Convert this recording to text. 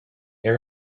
air